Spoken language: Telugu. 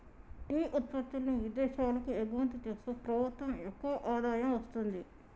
టీ ఉత్పత్తుల్ని విదేశాలకు ఎగుమతి చేస్తూ ప్రభుత్వం ఎక్కువ ఆదాయం వస్తుంది